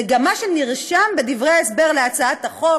זה גם מה שנרשם בדברי ההסבר להצעת החוק.